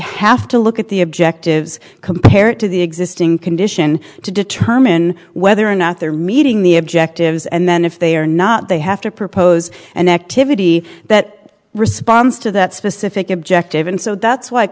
have to look at the objectives compared to the existing condition to determine whether or not they're meeting the objectives and then if they are not they have to propose an activity that responds to that specific objective and so that's